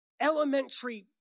elementary